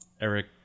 Eric